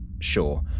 Sure